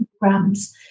grams